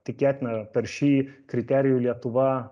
tikėtina per šį kriterijų lietuva